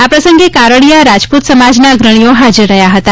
આ પ્રસંગે કારડીયા રાજપૂત સમાજના અગ્રણીઓ હાજર રહ્યા હતા